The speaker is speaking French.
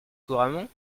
couramment